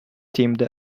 teamed